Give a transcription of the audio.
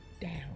down